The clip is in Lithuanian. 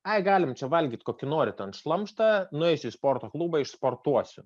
ai galim čia valgyt kokį nori ten šlamštą nueisiu į sporto klubą išsportuosiu